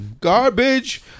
Garbage